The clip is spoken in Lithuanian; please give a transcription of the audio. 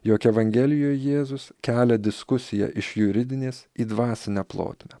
jog evangelijoj jėzus kelia diskusiją iš juridinės į dvasinę plotmę